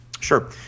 Sure